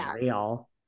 real